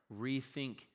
Rethink